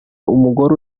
umugore